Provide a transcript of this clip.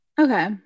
Okay